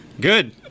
Good